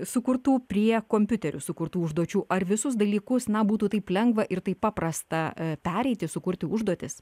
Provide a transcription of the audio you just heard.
sukurtų prie kompiuteriu sukurtų užduočių ar visus dalykus na būtų taip lengva ir taip paprasta pereiti sukurti užduotis